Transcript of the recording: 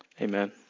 amen